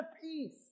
peace